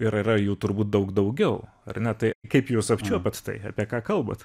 ir yra jų turbūt daug daugiau ar ne tai kaip jūs apčiuopiat tai apie ką kalbat